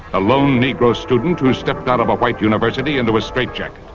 a lone negro student who who stepped out of a white university into a straitjacket.